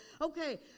Okay